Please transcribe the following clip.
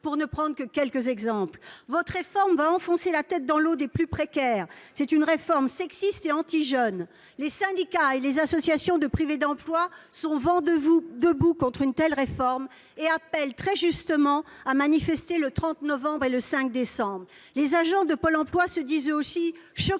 pour ne prendre que quelques exemples. Votre réforme enfoncera la tête des plus précaires sous l'eau. C'est une réforme sexiste et anti-jeunes ! Les syndicats et les associations des personnes privées d'emploi sont vent debout contre cette réforme et appellent, très justement, à manifester le 30 novembre et le 5 décembre. Les agents de Pôle emploi se disent eux aussi choqués